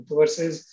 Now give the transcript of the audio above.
versus